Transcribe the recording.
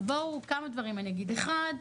כמה דברים אגיד לגבי זה: אחד,